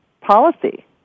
policy